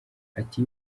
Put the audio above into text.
ati